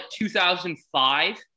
2005